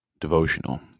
devotional